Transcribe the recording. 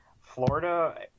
Florida